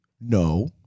no